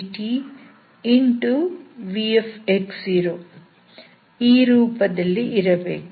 v ಈ ರೂಪದಲ್ಲಿ ಇರಬೇಕು